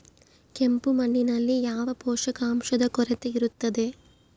ಕೆಂಪು ಮಣ್ಣಿನಲ್ಲಿ ಯಾವ ಪೋಷಕಾಂಶದ ಕೊರತೆ ಇರುತ್ತದೆ?